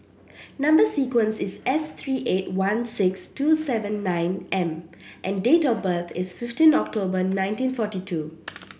number sequence is S three eight one six two seven nine M and date of birth is fifteen October nineteen forty two